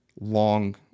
long